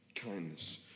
kindness